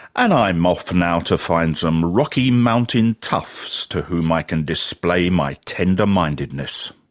and i'm off now to find some rocky mountain toughs to whom i can display my tender-mindedness